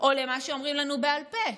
או למה שאומרים לנו בעל פה?